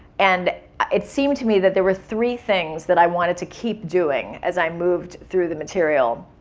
and it seemed to me that there were three things that i wanted to keep doing as i moved through the material.